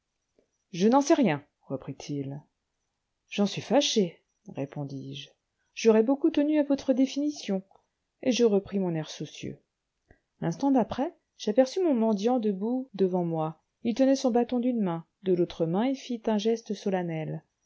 je n'en sais rien reprit-il j'en suis fâché répondis-je j'aurais beaucoup tenu à votre définition et je repris mon air soucieux l'instant d'après j'aperçus mon mendiant debout devant moi il tenait son bâton d'une main de l'autre main il fit un geste solennel